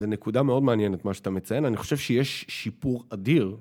זה נקודה מאוד מעניינת מה שאתה מציין, אני חושב שיש שיפור אדיר.